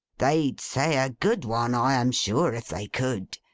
they'd say a good one, i am sure, if they could.